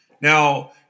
Now